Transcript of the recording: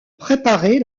préparer